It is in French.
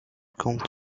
compte